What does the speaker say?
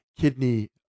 Kidney